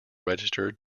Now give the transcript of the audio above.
registered